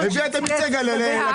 יש הרבה צדק בדברייך,